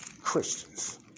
Christians